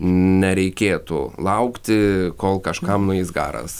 nereikėtų laukti kol kažkam nueis garas